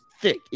thick